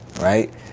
right